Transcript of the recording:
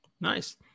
nice